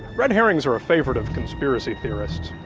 red herrings are a favorite of conspiracy theorists.